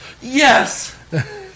Yes